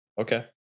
Okay